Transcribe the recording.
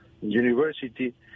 university